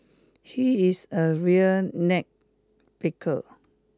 he is a real nitpicker